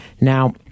Now